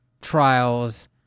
trials